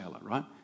right